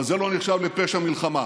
אבל זה לא נחשב לפשע מלחמה.